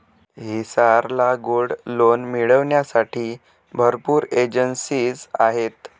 हिसार ला gold loan मिळविण्यासाठी भरपूर एजेंसीज आहेत